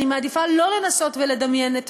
אני מעדיפה שלא לנסות ולדמיין את